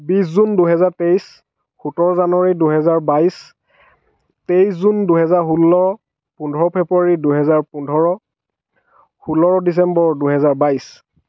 বিছ জুন দুহেজাৰ তেইছ সোতৰ জানুৱাৰী দুহেজাৰ বাইছ তেইছ জুন দুহেজাৰ ষোল্ল পোন্ধৰ ফেব্ৰুৱাৰী দুহেজাৰ পোন্ধৰ ষোল্ল ডিচেম্বৰ দুহেজাৰ বাইছ